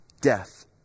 death